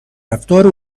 رفتار